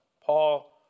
Paul